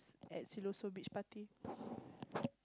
at Siloso-Beach party